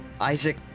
Isaac